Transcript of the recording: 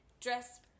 dress